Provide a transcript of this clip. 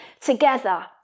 together